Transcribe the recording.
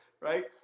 right